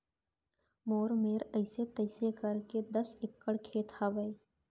मोर मेर अइसे तइसे करके दस एकड़ खेत हवय